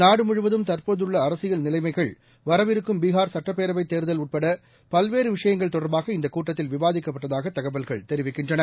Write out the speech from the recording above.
நாடுமுழுவதும் தற்போதுள்ளஅரசியல் நிலைமைகள் வரவிருக்கும் பீஷர் சுட்டப்பேரவைதேர்தல் உட்படபல்வேறுவிஷயங்கள் தொடர்பாக இந்தக் கூட்டத்தில் விவாதிக்கப்பட்டதாகதகவல்கள் தெரிவிக்கின்றன